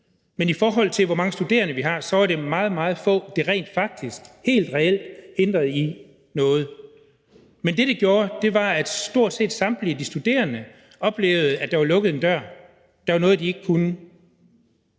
det, i forhold til hvor mange studerende vi har, rent faktisk var meget, meget få, det helt reelt hindrede i noget. Men det, som det gjorde, var, at stort set samtlige de studerende oplevede, at der var lukket en dør, at der var noget, som de ikke kunne,